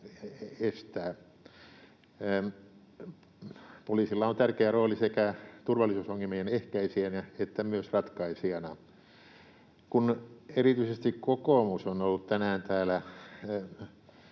Poliisilla on tärkeä rooli sekä turvallisuus-ongelmien ehkäisijänä että myös ratkaisijana. Kun erityisesti kokoomus on ollut tänään täällä